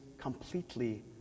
completely